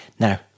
Now